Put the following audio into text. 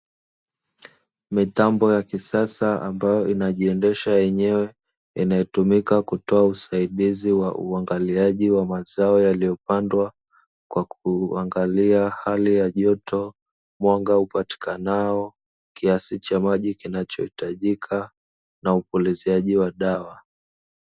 Mitambo ya kisasa ambayo inajiendesha yenyewe inayotumika kutoa usaidizi wa uangaliaji wa mazao yaliyopandwa kwa kuangalia hali ya joto, mwanga upatikanao, kiasi cha maji kinachohitajika na upuliziaji wa dawa.